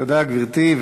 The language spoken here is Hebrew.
תודה, גברתי.